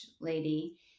lady